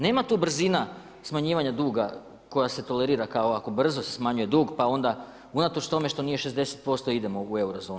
Nema tu brzina smanjivanja duga koja se tolerira kao ako brzo se smanjuje dug pa onda unatoč tome što nije 60% idemo u Eurozonu.